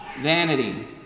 vanity